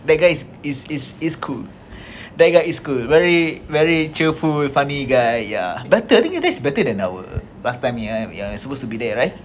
that guy is is is is cool that guy is good very very cheerful real funny guy err better than you that's better than our last time you and you are supposed to be there right